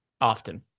often